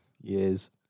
Years